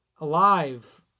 alive